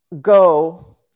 go